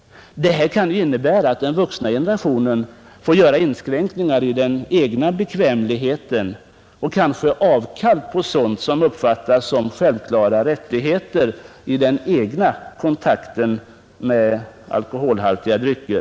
Detta kan innebära att den vuxna generationen får göra inskränkningar i den egna bekvämligheten och kanske ge avkall på sådant som uppfattas som självklara rättigheter i den egna kontakten med alkoholhaltiga drycker.